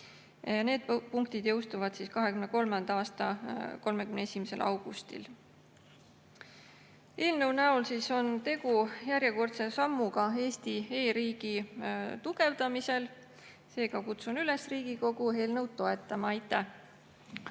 Need punktid jõustuvad 2023. aasta 31. augustil. Eelnõu näol on tegu järjekordse sammuga Eesti e-riigi tugevdamisel. Kutsun üles Riigikogu eelnõu toetama. Aitäh!